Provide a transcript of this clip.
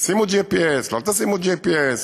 שימו GPS, לא תשימו GPS,